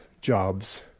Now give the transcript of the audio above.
jobs